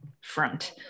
front